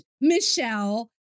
Michelle